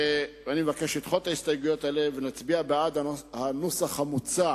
ואני מבקש לדחות את ההסתייגויות האלה ולהצביע בעד הנוסח המוצע